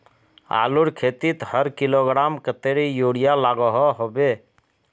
आलूर खेतीत हर किलोग्राम कतेरी यूरिया लागोहो होबे?